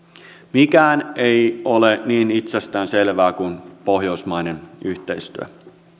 mikään ei ole niin itsestään selvää kuin pohjoismainen yhteistyö